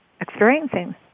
experiencing